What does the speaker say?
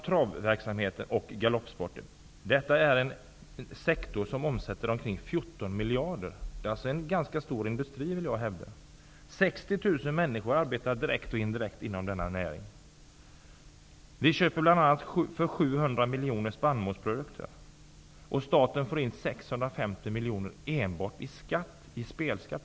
Travverksamheten och galoppsporten är en sektor som omsätter omkring 14 miljarder. Jag vill alltså hävda att detta är en ganska stor industri. 60 000 människor arbetar direkt eller indirekt inom denna näring. Inom denna sektor köper man bl.a. spannmålsprodukter för 700 miljoner, och staten får in 650 miljoner enbart i spelskatt.